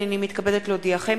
הנני מתכבדת להודיעכם,